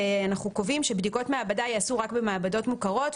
אנחנו קובעים שבדיקות מעבדה ייעשו רק במעבדות מוכרות,